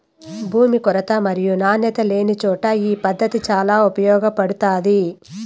భూమి కొరత మరియు నాణ్యత లేనిచోట ఈ పద్దతి చాలా ఉపయోగపడుతాది